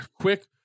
Quick